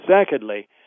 Secondly